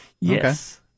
Yes